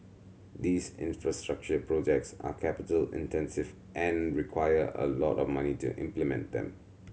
these infrastructure projects are capital intensive and require a lot of money to implement them